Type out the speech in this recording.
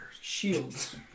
Shields